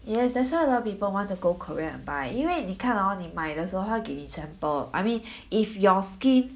yes that's why a lot of people want to go Korea and buy 因为你看哦你买的时候她会给你 sample I mean if like your skin